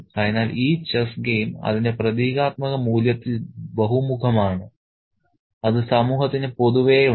അതിനാൽ ഈ chess game അതിന്റെ പ്രതീകാത്മക മൂല്യത്തിൽ ബഹുമുഖമാണ് അത് സമൂഹത്തിന് പൊതുവെയുണ്ട്